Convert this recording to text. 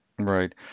Right